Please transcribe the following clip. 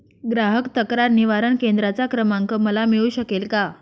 ग्राहक तक्रार निवारण केंद्राचा क्रमांक मला मिळू शकेल का?